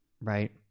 right